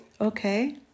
Okay